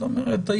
זאת אומרת,